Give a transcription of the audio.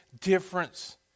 difference